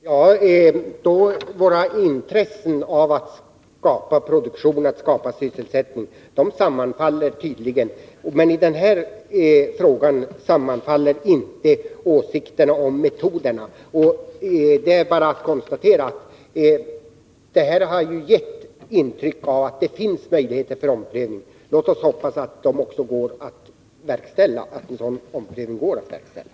Herr talman! Vårt intresse av att skapa produktion och sysselsättning sammanfaller tydligen, men i den här frågan sammanfaller inte åsikterna om metoderna — det är bara att konstatera. Diskussionen har gett intryck av att det finns möjligheter till omprövning. Låt oss hoppas att en sådan omprövning går att verkställa.